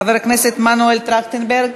חבר הכנסת מנואל טרכטנברג,